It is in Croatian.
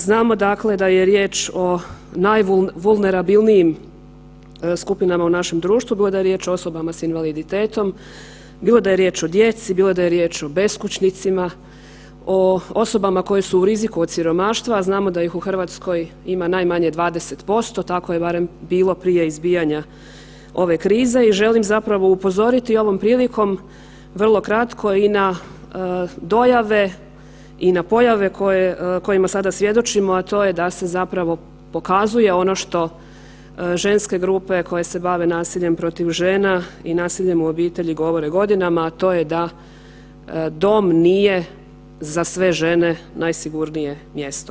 Znamo dakle da je riječ o najvulnerabilnijim skupinama u našem društvu bilo da je riječ o osobama s invaliditetom, bilo da je riječ o djeci, bilo da je riječ o beskućnicima, o osobama koje su u riziku od siromaštva, a znamo da ih u RH ima najmanje 20%, tako je barem bilo prije izbijanja ove krize i želim zapravo upozoriti ovom prilikom vrlo kratko i na dojave i na pojave kojima sada svjedočimo, a to je da se zapravo pokazuje ono što ženske grupe koje se bave nasiljem protiv žena i nasiljem u obitelji govore godinama, a to je da dom nije za sve žene najsigurnije mjesto.